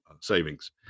savings